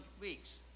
weeks